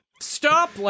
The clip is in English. Stop